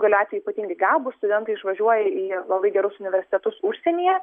galiausiai ypatingai gabūs studentai išvažiuoja į labai gerus universitetus užsienyje